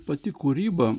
pati kūryba